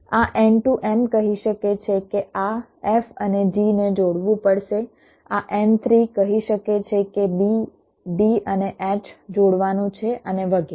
આ N2 એમ કહી શકે છે કે આ f અને g ને જોડવું પડશે આ N3 કહી શકે છે કે b d અને h જોડવાનું છે અને વગેરે